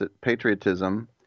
patriotism